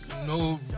No